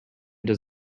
does